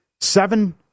Seven